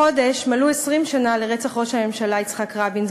החודש מלאו 20 שנה לרצח ראש הממשלה יצחק רבין,